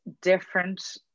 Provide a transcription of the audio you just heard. different